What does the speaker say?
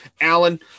alan